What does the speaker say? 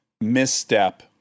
misstep